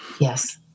yes